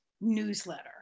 newsletter